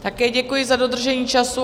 Také děkuji za dodržení času.